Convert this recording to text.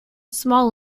small